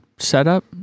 Setup